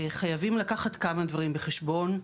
חייבים לקחת כמה דברים בחשבון.